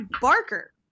Barker